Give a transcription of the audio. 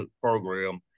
program